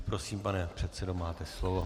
Prosím, pane předsedo, máte slovo.